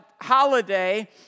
holiday